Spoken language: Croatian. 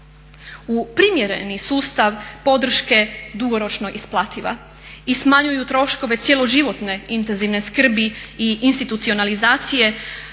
u primjereni sustav podrške dugoročno isplativa i smanjuju troškove cjeloživotne intenzivne skrbi i institucionalizacije